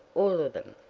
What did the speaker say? all of them.